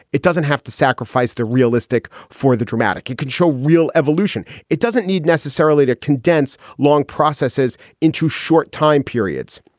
it doesn't have to sacrifice the realistic for the dramatic. you can show real evolution. it doesn't need necessarily to condense long processes into short time periods.